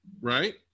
right